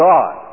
God